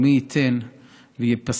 מי ייתן וייפסק